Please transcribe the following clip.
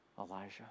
Elijah